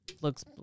looks